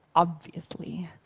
obviously.